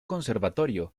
conservatorio